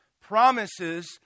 promises